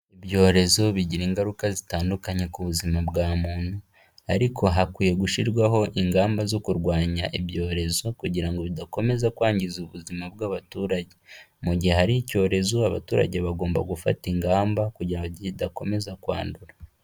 Ibyorezo bigira ingaruka zitandukanye ku buzima bwa muntu ariko hakwiye gushyirwaho ingamba zo kurwanya ibyorezo kugira ngo bidakomeza kwangiza ubuzima bw'abaturage, mu gihe hari icyorezo abaturage bagomba gufata ingamba kugira kidakomeza kwandura.